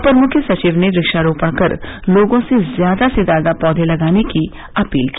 अपर मुख्य सचिव ने वक्षारोपण कर लोगों से ज्यादा से ज्यादा पौधे लगाने की अपील की